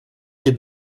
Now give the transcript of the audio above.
des